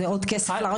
זה עוד כסף לרשויות.